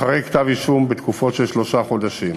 אחרי כתב-אישום בתקופות של שלושה חודשים.